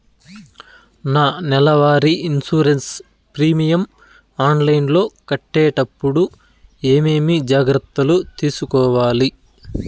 నా నెల వారి ఇన్సూరెన్సు ప్రీమియం ఆన్లైన్లో కట్టేటప్పుడు ఏమేమి జాగ్రత్త లు తీసుకోవాలి?